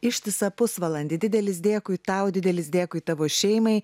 ištisą pusvalandį didelis dėkui tau didelis dėkui tavo šeimai